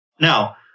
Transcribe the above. Now